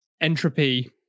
entropy